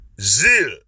Zeal